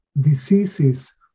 diseases